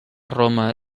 roma